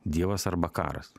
dievas arba karas